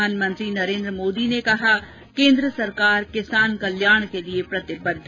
प्रधानमंत्री नरेन्द्र मोदी ने कहा कि केन्द्र सरकार किसान कल्याण के लिए प्रतिबद्ध